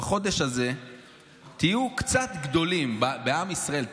בחודש הזה תהיו קצת גדולים בעם ישראל,